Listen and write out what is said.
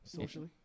Socially